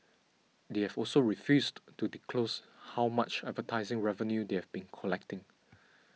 they have also refused to disclose how much advertising revenue they have been collecting